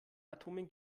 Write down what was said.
atomen